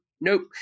Nope